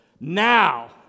Now